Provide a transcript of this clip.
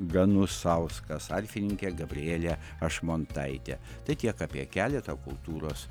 ganusauskas arfininkė gabrielė ašmontaitė tai tiek apie keletą kultūros